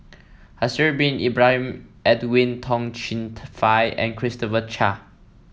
Haslir Bin Ibrahim Edwin Tong Chun Fai and Christopher Chia